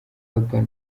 urban